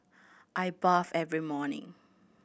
I bathe every morning